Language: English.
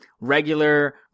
regular